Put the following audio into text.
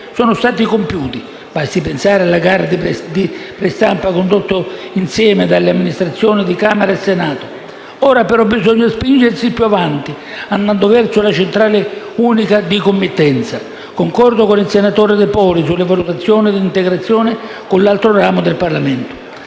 sono stati compiuti. Basti pensare alla gara di prestampa condotta insieme dalle Amministrazioni di Camera e Senato. Ora, però, bisogna spingersi più in avanti, andando verso la centrale unica di committenza. Concordo con il senatore De Poli sulle valutazioni di integrazione con l'altro ramo del Parlamento.